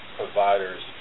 providers